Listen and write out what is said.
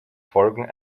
folgen